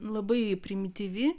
labai primityvi